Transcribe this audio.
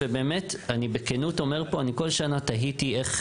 ובאמת אני בכנות אומר פה אני בכל שנה תהיתי איך